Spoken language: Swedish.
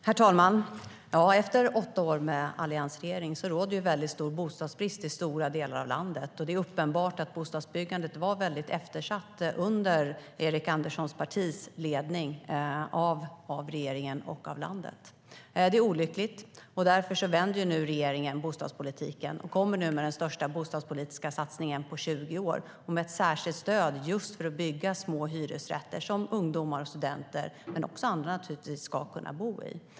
Herr talman! Efter åtta år med alliansregeringen råder det en mycket stor bostadsbrist i stora delar av landet. Det är uppenbart att bostadsbyggandet var mycket eftersatt under alliansregeringens tid, under ledning av Erik Anderssons parti. Det är olyckligt. Därför vänder regeringen nu bostadspolitiken och kommer med den största bostadspolitiska satsningen på 20 år och med ett särskilt stöd just för att bygga små hyresrätter som ungdomar och studenter, men naturligtvis även andra, ska kunna bo i.